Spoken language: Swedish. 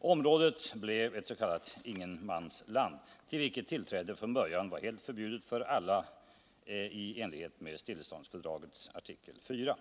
Området blev ett s.k. ingenmansland, till vilket tillträde från början var helt förbjudet för alla i enlighet med stilleståndsfördraget artikel 4.